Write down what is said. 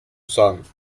sons